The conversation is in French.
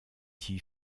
dit